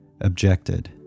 objected